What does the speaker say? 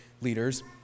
leaders